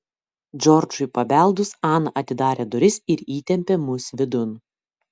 džordžui pabeldus ana atidarė duris ir įtempė mus vidun